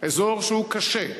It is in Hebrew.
אזור שהוא קשה,